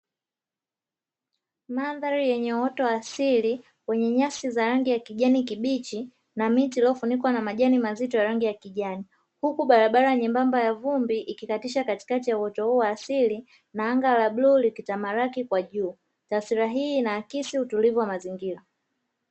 Mandhari yenye uwoto wa asili yenye rangi ya kijani kibichi na miti lililofunikwa majani mazito ya rangi ya kijani, huku barabara nyembamba ya vumbi, ikikatisha katika uwanja huo wa asili na anga la bluu likitamalaki kwa juu, taswira hii inaakisi utulivu wa mazingira.